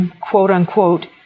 quote-unquote